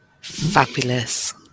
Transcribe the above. fabulous